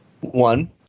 One